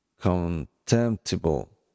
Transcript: contemptible